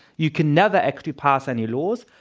you can never actually pass any laws.